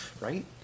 Right